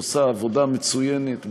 עושה עבודה מצוינת.